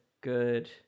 good